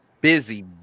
busy